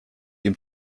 ihm